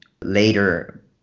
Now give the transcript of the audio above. later